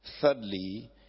Thirdly